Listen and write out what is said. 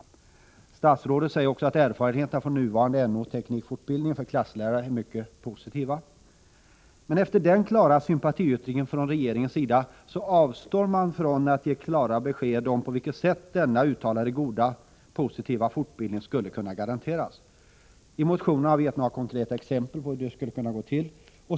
Vidare säger statsrådet också att erfarenheterna från nuvarande no/teknikfortbildning för klasslärare är mycket positiva. Efter denna klara sympatiyttring från regeringens sida avstår man från att ge besked om på vilket sätt denna uttalat goda, positiva fortbildning skulle kunna garanteras. I motionen har vi gett några konkreta exempel på hur det skulle kunna gå till.